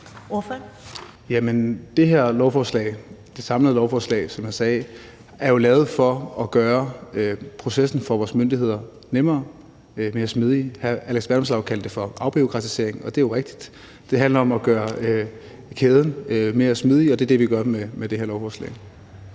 som jeg sagde, er jo lavet for at gøre processen for vores myndigheder nemmere og mere smidig. Hr. Alex Vanopslagh kaldte det for afbureaukratisering, og det er jo rigtigt. Det handler om at gøre kæden mere smidig, og det er det, vi gør med det her lovforslag.